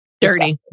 Dirty